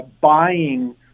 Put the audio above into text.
buying